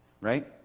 right